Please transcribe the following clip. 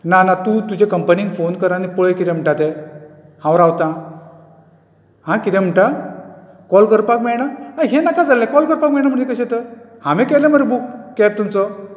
ना ना तूं तुजे कंपनीक फोन कर आनी पळय कितें म्हणटा तें हांव रावता हां कितें म्हणटा काॅल करपाक मेळना अय् हें नाका जाल्लें काॅल करपाक मेळना म्हणजे कशें तर हांवे केला मरे बूक कॅब तुमचो